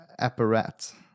Apparat